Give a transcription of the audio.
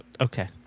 Okay